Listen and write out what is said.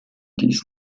dies